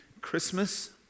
Christmas